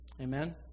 Amen